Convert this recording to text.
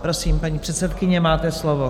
Prosím, paní předsedkyně, máte slovo.